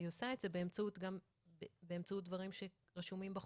והיא עושה את זה באמצעות דברים שרשומים בחוק.